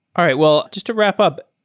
all right. well, just to wrap up.